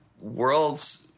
world's